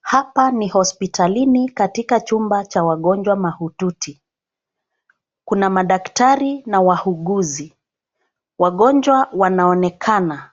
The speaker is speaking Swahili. Hapa ni hospitalini katika chumba cha wagonjwa mahututi. Kuna madaktari na wauguzi. Wagonjwa wanaonekana.